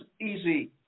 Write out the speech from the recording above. easy